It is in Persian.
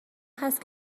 هست